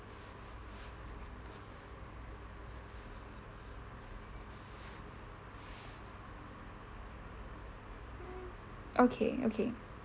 okay okay